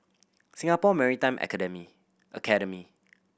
Singapore Maritime Academy Academy